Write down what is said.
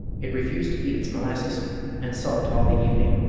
it refused to eat its molasses and sulked all the evening,